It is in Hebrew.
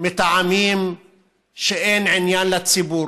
מטעמים שאין עניין לציבור,